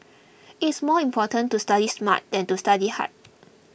it is more important to study smart than to study hard